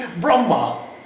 Brahma